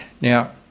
Now